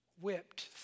whipped